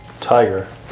Tiger